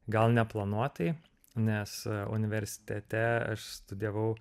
gal neplanuotai nes universitete aš studijavau